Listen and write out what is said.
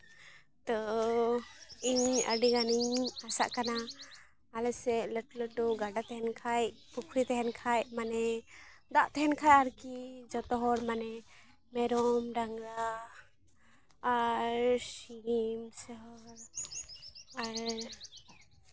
ᱛᱚ ᱤᱧ ᱟᱹᱰᱤᱜᱟᱱᱤᱧ ᱟᱥᱟᱜ ᱠᱟᱱᱟ ᱟᱞᱮ ᱥᱮᱫ ᱞᱟᱹᱴᱩ ᱞᱟᱹᱴᱩ ᱜᱟᱰᱟ ᱛᱟᱦᱮᱱ ᱠᱷᱟᱡ ᱯᱩᱠᱷᱨᱤ ᱛᱟᱦᱮᱱ ᱠᱷᱟᱡ ᱢᱟᱱᱮ ᱫᱟᱜ ᱛᱟᱦᱮᱱ ᱠᱷᱟᱡ ᱟᱨᱠᱤ ᱡᱚᱛᱚ ᱦᱚᱲ ᱢᱟᱱᱮ ᱢᱮᱨᱚᱢ ᱰᱟᱝᱨᱟ ᱟᱨ ᱥᱤᱢ ᱥᱮ ᱦᱚᱲ ᱟᱨ